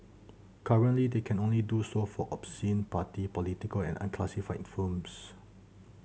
currently they can only do so for obscene party political and unclassified films